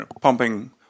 pumping